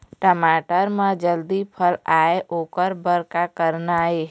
टमाटर म जल्दी फल आय ओकर बर का करना ये?